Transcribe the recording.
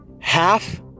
half